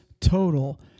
total